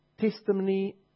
testimony